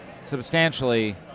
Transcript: substantially